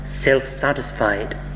self-satisfied